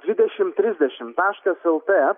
dvidešimt trisdešimt taškas el t